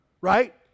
Right